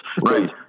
Right